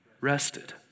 rested